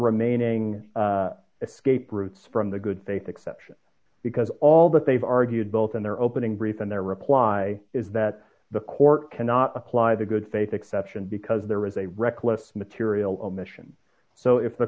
remaining escape routes from the good faith exception because all that they've argued both in their opening brief and their reply is that the court cannot apply the good faith exception because there was a reckless material omission so if the